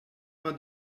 vingt